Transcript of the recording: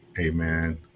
Amen